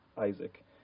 Isaac